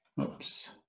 oops